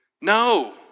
No